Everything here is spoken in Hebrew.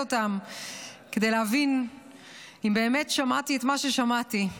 אותם כדי להבין אם באמת שמעתי את מה ששמעתי.